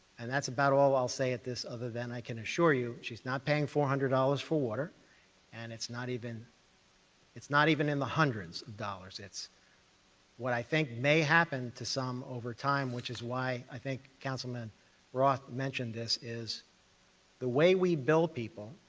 and that's about all i'll say at this, other than i can assure you she's not paying four hundred dollars for water and it's not even it's not even in the hundreds of dollars, it's what i think may happen to some over time, which is why i think councilman roth mentioned this, is the way we bill people,